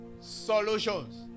solutions